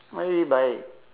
I mean by